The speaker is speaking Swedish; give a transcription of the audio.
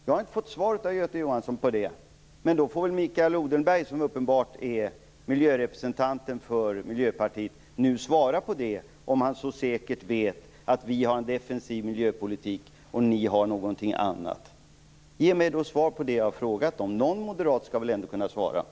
Jag har inte fått något svar från Göte Jonsson. Men då får väl Mikael Odenberg, som uppenbarligen är Moderaternas miljörepresentant, svara på frågan, om han så säkert vet att vi har en defensiv miljöpolitik och att Moderaterna har någonting annat. Ge mig då svar på de frågor jag har ställt! Någon moderat skall väl ändå kunna ge ett svar.